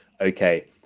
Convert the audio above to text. okay